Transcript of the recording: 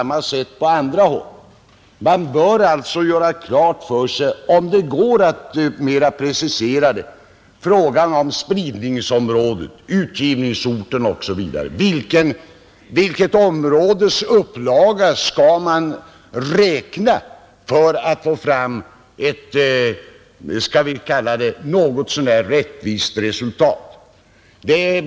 Om det går att precisera bör man alltså göra klart för sig hur det ligger till med spridningsområde, utgivningsort, vilket områdes upplaga man skall räkna för att få fram ett något så när rättvist resultat osv.